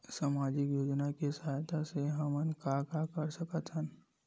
सामजिक योजना के सहायता से हमन का का कर सकत हन?